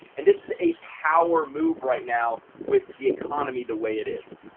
and this is a power move right now with the economy the way it is,